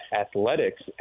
athletics